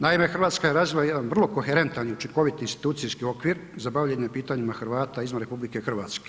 Naime, Hrvatska je razvila jedan vrlo koherentan i učinkovit institucijski okvir za bavljenje pitanjima Hrvata izvan RH.